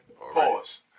Pause